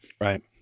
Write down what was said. Right